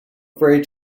afraid